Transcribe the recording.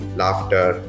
laughter